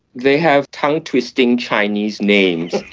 they have tongue twisting chinese names.